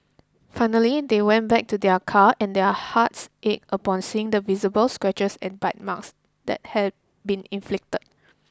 finally they went back to their car and their hearts ached upon seeing the visible scratches and bite marks that had been inflicted